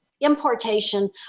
importation